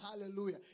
hallelujah